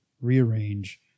rearrange